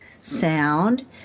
sound